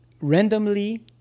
randomly